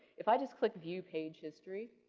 if i just click view page history,